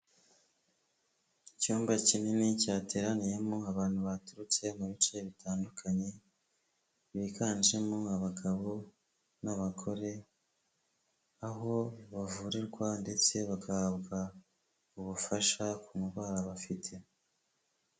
Icyumba kinini cyateraniyemo abantu baturutse mu bice bitandukanye, biganjemo abagabo n'abagore, aho bavurirwa ndetse bagahabwa ubufasha ku ndwara bafite.